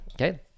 okay